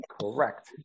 Correct